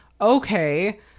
Okay